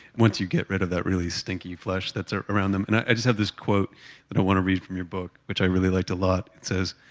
once you get rid of that really stinky flesh that's ah around them. and i just have this quote that i want to read from your book, which i really liked a lot. it says,